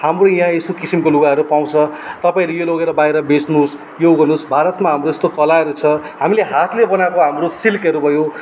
हाम्रो यहाँ यस्तो किसिमको लुगाहरू पाउँछ तपाईँहरू यो लगेर बाहिर बेच्नुहोस् यो गर्नुहोस् भारतमा हाम्रो यस्तो कलाहरू छ हामीले हातले बनाको हाम्रो सिल्कहरू भयो